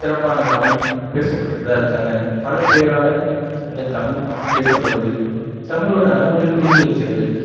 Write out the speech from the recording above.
சிறப்பாக அங்கே தமிழ் பேசப்பட்டு தான் இருக்காங்க பல பேரால் எங்கள் தமிழ் பேசப்படுது தமிழோடய அருமைகள் புரிந்திருக்கிறது